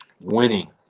winning